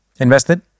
Invested